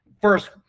first